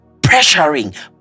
pressuring